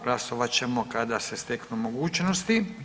Glasovat ćemo kada se steknu mogućnosti.